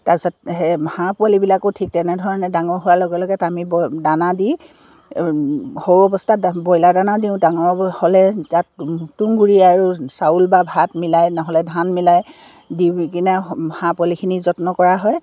তাৰপিছত সেই হাঁহ পোৱালিবিলাকো ঠিক তেনেধৰণে ডাঙৰ হোৱাৰ লগে লগে তাত আমি ব দানা দি সৰু অৱস্থাত ব্ৰইলাৰ দানা দিওঁ ডাঙৰ হ'লে তাত তুংগুৰি আৰু চাউল বা ভাত মিলাই নহ'লে ধান মিলাই দি কিনে হাঁহ পোৱালিখিনি যত্ন কৰা হয়